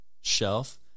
shelf